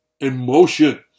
emotion